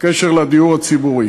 בקשר לדיור הציבורי.